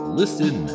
listen